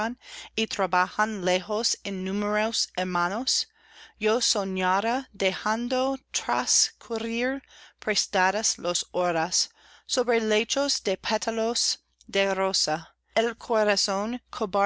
y trabajan lejas innúmeros hermanos yo soñara dejando trascurrir prestadas horas sobre lechos de pétalos de rosa el corazón